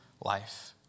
life